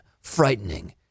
frightening